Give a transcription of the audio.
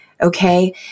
Okay